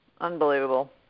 Unbelievable